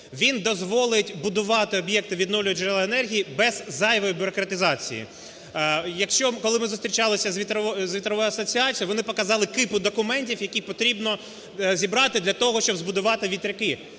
Він дозволить будувати об'єкти відновлювальних джерел енергії без зайвої бюрократизації. Коли ми зустрічалися з Вітровою асоціацією, вони показали кіпу документів, які потрібно зібрати для того, щоб збудувати вітряки.